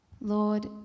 Lord